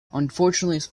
unfortunately